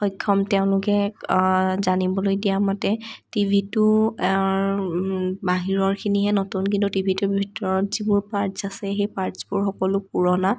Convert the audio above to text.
সক্ষম তেওঁলোকে জানিবলৈ দিয়া মতে টিভিটো বাহিৰৰখিনিহে নতুন কিন্তু টিভিটো ভিতৰত যিবোৰ পাৰ্টচ আছে সেই পাৰ্টচবোৰ সকলো পুৰণা